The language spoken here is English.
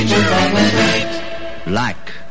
Black